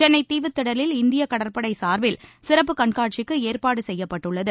சென்னை தீவுத்திடலில் இந்திய கடற்படை சார்பில் சிறப்பு கண்காட்சிக்கு ஏற்பாடு செய்யப்பட்டுள்ளது